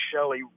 Shelley